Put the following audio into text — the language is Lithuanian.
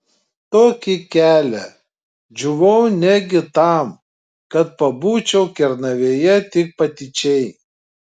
tokį kelią džiūvau negi tam kad pabūčiau kernavėje tik patyčiai